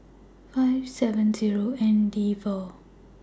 five seven Zero N D four